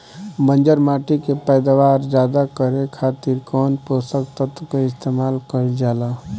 बंजर माटी के पैदावार ज्यादा करे खातिर कौन पोषक तत्व के इस्तेमाल कईल जाला?